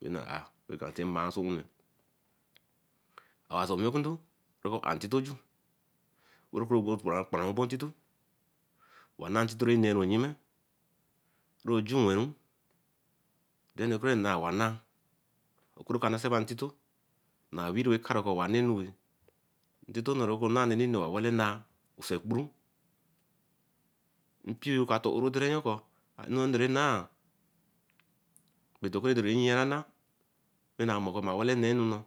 e ban are as owakundo ra ke ah intito ju oboro intito wan nah intito rah neru yime rojun wuun da bre ke nah wa nah okuru banase ba intito bah weru karu coh owanenuwee ko uwa wale nah, usenkpurun mpio yo cairi oro ko enu ra doray nah do okuray dor ray yian nah ra ka mor ko owo wale nenu